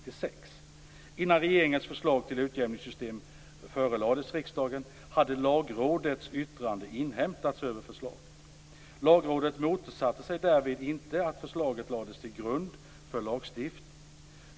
Innan regeringens förslag till nytt utjämningssystem förelades riksdagen, hade Lagrådets yttrande inhämtats över förslaget. Lagrådet motsatte sig därvid inte att förslaget lades till grund för lagstiftning.